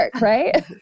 right